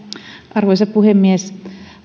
arvoisa puhemies